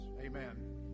amen